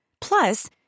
Plus